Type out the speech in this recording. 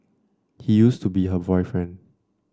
he used to be her boyfriend